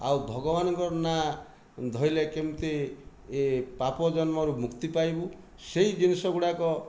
ଆଉ ଭଗବାନଙ୍କ ନା ଧଇଲେ କେମିତି ଏ ପାପ ଜନ୍ମରୁ ମୁକ୍ତି ପାଇବୁ ସେଇ ଜିନିଷ ଗୁଡାକ